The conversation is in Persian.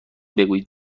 بگویید